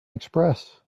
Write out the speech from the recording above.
express